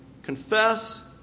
Confess